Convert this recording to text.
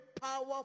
power